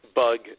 bug